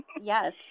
Yes